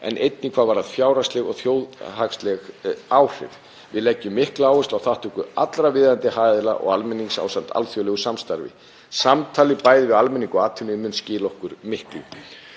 en einnig hvað varðar fjárhagsleg og þjóðhagsleg áhrif. Við leggjum mikla áherslu á þátttöku allra viðeigandi hagaðila og almennings ásamt alþjóðlegu samstarfi. Samtalið bæði við almenning og atvinnulíf mun skila okkur miklu.